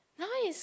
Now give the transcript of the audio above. now is